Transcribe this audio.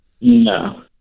No